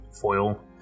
foil